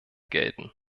gelten